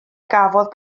gafodd